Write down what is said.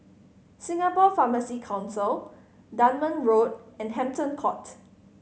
Singapore Pharmacy Council Dunman Road and Hampton Court